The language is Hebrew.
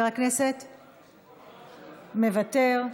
מוותר,